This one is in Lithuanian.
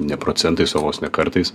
ne procentais o vos ne kartais